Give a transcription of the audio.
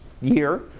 year